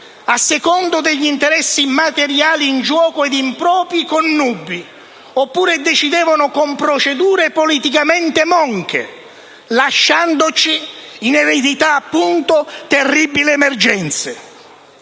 a seconda degli interessi materiali in gioco e di impropri connubi oppure decidevano con procedure politicamente monche, lasciandoci in eredità appunto, terribili emergenze.